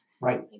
right